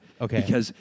Okay